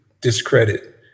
discredit